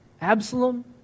Absalom